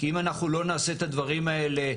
כי אם אנחנו לא נעשה את הדברים האלה,